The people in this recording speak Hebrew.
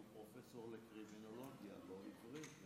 שהוא פרופסור לקרימינולוגיה באוניברסיטה העברית.